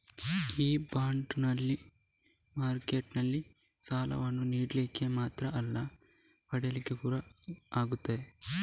ಈ ಬಾಂಡ್ ಮಾರ್ಕೆಟಿನಲ್ಲಿ ಸಾಲವನ್ನ ನೀಡ್ಲಿಕ್ಕೆ ಮಾತ್ರ ಅಲ್ಲ ಪಡೀಲಿಕ್ಕೂ ಆಗ್ತದೆ